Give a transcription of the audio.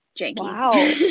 Wow